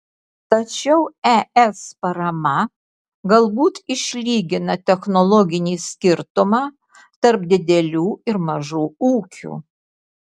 tačiau es parama galbūt išlygina technologinį skirtumą tarp didelių ir mažų ūkių